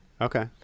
Okay